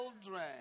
Children